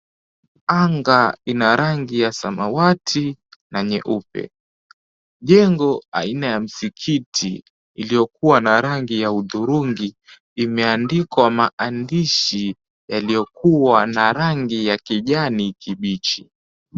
Anga ina rangi ya samawati na nyeupe. Jengo aina ya msikiti, iliyokuwa na rangi ya hudhurungi, imeandikwa maandishi yaliyokuwa na rangi ya kijani kibichi.